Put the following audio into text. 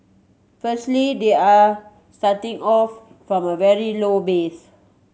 firstly they are starting off from a very low base